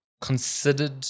considered